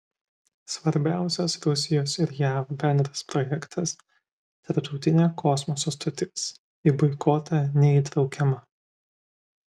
svarbiausias rusijos ir jav bendras projektas tarptautinė kosmoso stotis į boikotą neįtraukiama